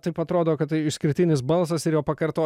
taip atrodo kad tai išskirtinis balsas ir jo pakartoti